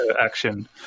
action